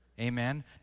Amen